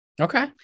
Okay